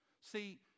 See